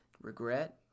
Regret